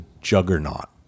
Juggernaut